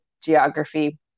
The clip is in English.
geography